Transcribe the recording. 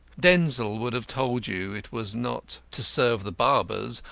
denzil would have told you it was not to serve the barbers,